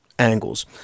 angles